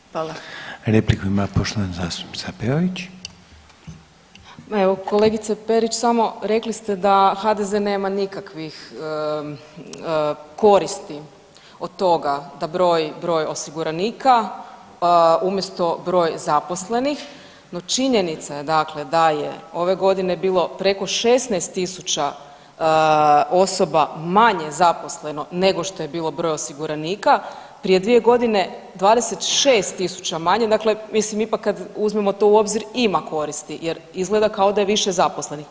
Ma evo, kolegice Perić samo rekli ste da HDZ nema nikakvih koristi od toga da broji broj osiguranika umjesto broj zaposlenih, no činjenica je dakle da je ove godine bilo preko 16.000 osoba manje zaposleno nego što je bio broj osiguranika, prije 2 godine 26.000 manje, dakle mislim ipak kad uzmemo to u obzir ima koristi jer izgleda kao da je više zaposlenih.